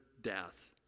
death